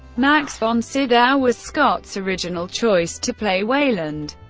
max von sydow was scott's original choice to play weyland,